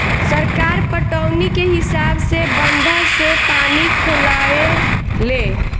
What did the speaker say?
सरकार पटौनी के हिसाब से बंधा से पानी खोलावे ले